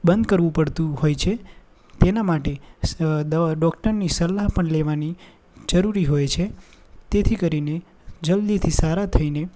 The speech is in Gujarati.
બંધ કરવું પળતું હોય છે તેના માટે સ દવા ડોક્ટરની સલાહ પણ લેવાની જરૂરી હોય છે તેથી કરીને જલદીથી સારા થઈને